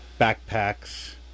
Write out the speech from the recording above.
backpacks